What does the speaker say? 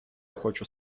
хочу